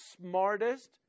smartest